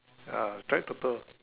ya strike Toto